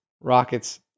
rockets